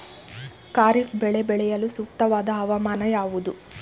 ಖಾರಿಫ್ ಬೆಳೆ ಬೆಳೆಯಲು ಸೂಕ್ತವಾದ ಹವಾಮಾನ ಯಾವುದು?